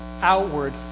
outward